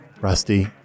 Rusty